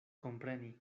kompreni